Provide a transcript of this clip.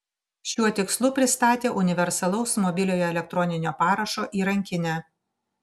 šiuo tikslu pristatė universalaus mobiliojo elektroninio parašo įrankinę